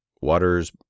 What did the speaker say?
Waters